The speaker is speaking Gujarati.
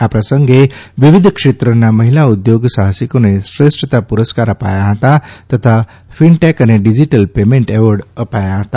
આ પ્રસંગે વિવિધ ક્ષેત્રના મહિલા ઉદ્યોગ સાહસિકોને શ્રેષ્ઠતા પુરસ્કાર અપાયા હતા તથા ફિનટેક અને ડિજીટલ પેમેન્ટ એવોર્ડ અપાયા હતા